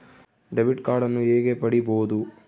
Debit ಕಾರ್ಡನ್ನು ಹೇಗೆ ಪಡಿಬೋದು?